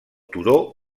turó